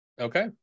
Okay